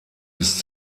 ist